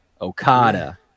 Okada